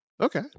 Okay